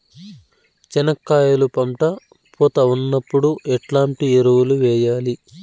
చెనక్కాయలు పంట పూత ఉన్నప్పుడు ఎట్లాంటి ఎరువులు వేయలి?